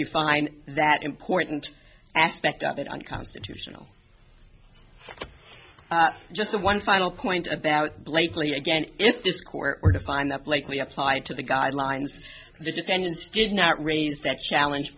you find that important aspect of it unconstitutional just the one final point about blakely again if this court were to find that likely applied to the guidelines the defendants did not raise that challenge